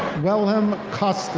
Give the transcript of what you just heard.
welhem costes.